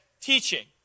teaching